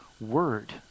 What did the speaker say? word